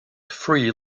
three